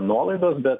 nuolaidos bet